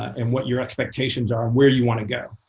and what your expectations are, and where you want to go.